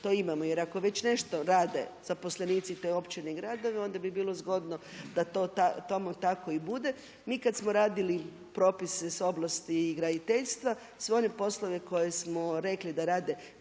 to imamo jer ako već nešto rade zaposlenici te općine i gradovi onda bi bilo zgodno da to tamo tako i bude. Mi kada smo radili propise sa oblasti i graditeljstva sve one poslove koje smo rekli da rade